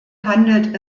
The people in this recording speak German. handelt